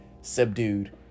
subdued